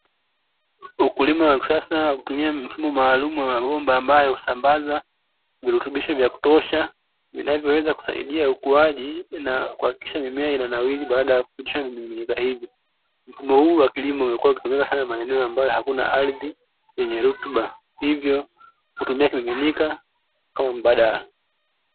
Ukulima wa kisasa wa kutumia mfumo maalum wa bomba ambayo husambazwa virutubisho vya kutosha, vinavyoweza kusaidia ukuaji na kuhakikisha mimea inanawiri baada ya kufikisha, mfumo huu wa kilimo umekuwa ukitumika sana maneno ambayo hakuna ardhi yenye rutuba hivyo hutumia kimiminika kama baadala .